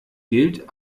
gilt